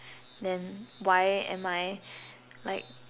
then why am I like